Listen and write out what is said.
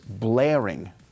blaring